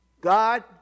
God